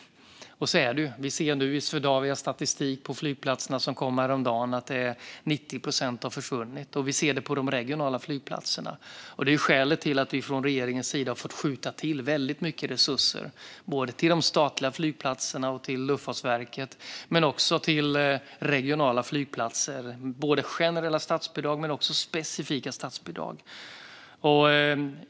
Så är det ju. Vi ser i Swedavias statistik över flygplatserna, som kom häromdagen, att 90 procent har försvunnit. Vi ser det på de regionala flygplatserna. Det är skälet till att vi från regeringens sida har fått skjuta till väldigt mycket resurser både till de statliga flygplatserna och till Luftfartsverket men också till regionala flygplatser. Det handlar om både generella och specifika statsbidrag.